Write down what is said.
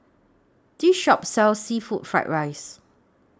This Shop sells Seafood Fried Rice